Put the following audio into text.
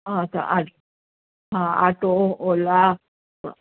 अच्छा हा आटो ओला